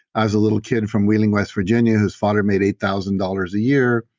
i was a little kid from wheeling, west virginia whose father made eight thousand dollars a year.